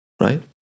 right